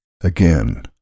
Again